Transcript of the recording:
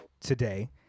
today